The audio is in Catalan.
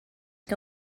que